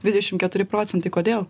dvidešim keturi procentai kodėl